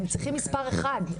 הם צריכים מספר אחד,